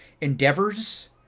endeavors